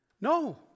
No